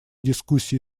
дискуссии